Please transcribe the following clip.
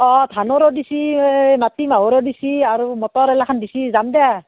অঁ ধানৰো দিছে এই মাটি মাহৰো দিছে আৰু মটৰ এইগিলাখন দিছে যাম দিয়া